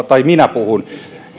tai minä puhun